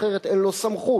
אחרת אין לו סמכות.